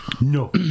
No